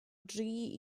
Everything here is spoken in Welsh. dri